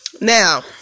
Now